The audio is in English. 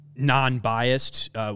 Non-biased